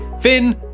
Finn